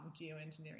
geoengineering